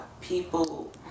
people